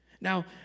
Now